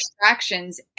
distractions